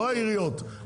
לא העיריות,